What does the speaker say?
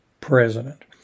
president